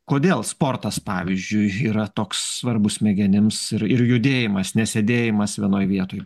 kodėl sportas pavyzdžiui yra toks svarbus smegenims ir judėjimas nesėdėjimas vienoj vietoj